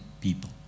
people